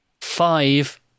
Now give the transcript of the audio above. five